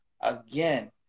again